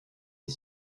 est